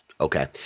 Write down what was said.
Okay